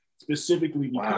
Specifically